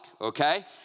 okay